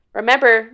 Remember